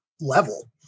level